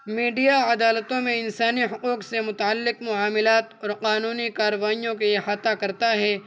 media عدالتوں میں انسانی حقوق سے متعلق معاملات اور قانونی کارروائیوں پہ احاطہ کرتا ہے